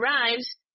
arrives